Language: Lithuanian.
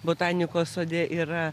botanikos sode yra